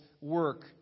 work